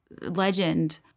legend